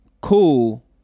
cool